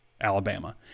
Alabama